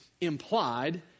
implied